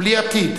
בלי עתיד,